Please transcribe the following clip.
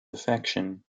affection